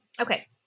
okay